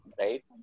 Right